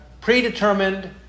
predetermined